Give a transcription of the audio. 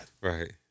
right